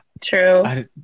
True